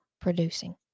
producing